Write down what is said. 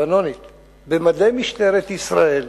במדי משטרת ישראל,